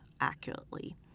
accurately